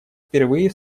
впервые